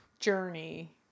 journey